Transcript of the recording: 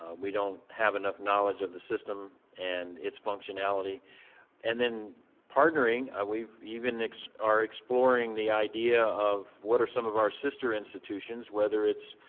um we don't have enough knowledge of the system and its functionality and then partnering we've even are exploring the idea of what are some of our sister institutions, whether it's,